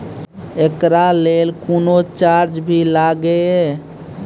एकरा लेल कुनो चार्ज भी लागैये?